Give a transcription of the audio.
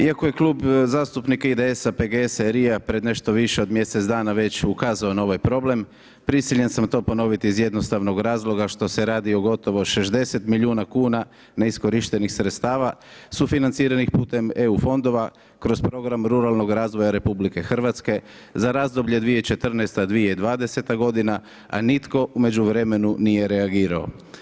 Iako je Klub zastupnika IDS-a, PGS-a i RI-a pred nešto više od mjesec dana već ukazao na ovaj problem prisiljen sam to ponoviti iz jednostavnog razloga što se radi o gotovo 60 milijuna kuna neiskorištenih sredstava sufinanciranih putem EU fondova kroz program ruralnog razvoja RH za razdoblje 2014.-2020. godina a nitko u međuvremenu nije reagirao.